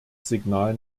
signal